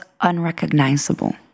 unrecognizable